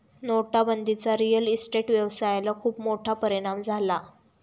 नोटाबंदीचा real estate व्यवसायाला खूप मोठा परिणाम झाला